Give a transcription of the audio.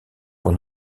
pour